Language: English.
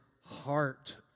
heart